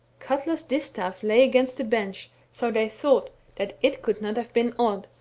katla's distaif lay against the bench, so they thought that it could not have been odd,